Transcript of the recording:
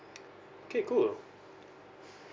okay cool